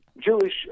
Jewish